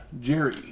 Jerry